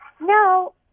no